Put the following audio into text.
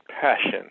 passion